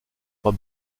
pas